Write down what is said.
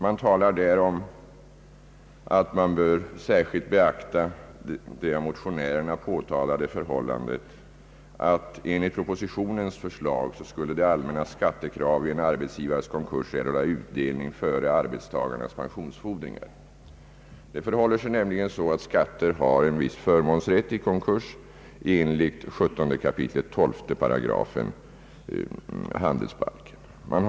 Det sägs i den att man bör särskilt beakta det av motionärerna påtalade förhållandet att det allmännas skattekrav i en arbetsgivares konkurs enligt propositionens förslag skulle erhålla utdelning före arbetstagarnas pensionsfordringar. Det förhåller sig nämligen så att skatter har en viss förmånsrätt i konkurs enligt 17 kap. 12 § handelsbalken.